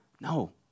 No